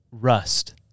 rust